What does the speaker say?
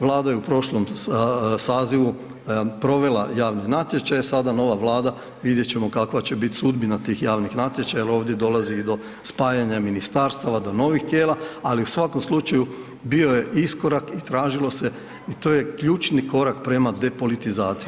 Vlada je u prošlom sazivu provela javni natječaj, sada nova Vlada, vidjet ćemo kakva će biti sudbina tih javnih natječaja jer ovdje dolazi i od spajanja ministarstava, do novih tijela, ali u svakom slučaju, bio je iskorak i tražilo se i to je ključni korak prema depolitizaciji.